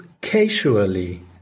casually